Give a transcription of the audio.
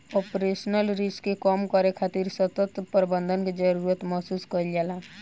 operational risk के कम करे खातिर ससक्त प्रबंधन के जरुरत महसूस कईल जाला